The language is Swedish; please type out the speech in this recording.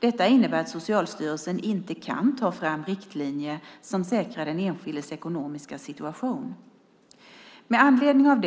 Detta innebär att Socialstyrelsen inte kan ta fram riktlinjer som säkrar den enskildes ekonomiska situation. Med anledning av